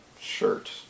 shirt